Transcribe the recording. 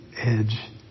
edge